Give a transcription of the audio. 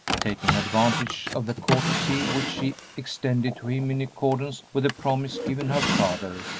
taking advantage of the courtesy which she extended to him in accordance with the promise given her father,